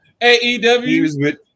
AEW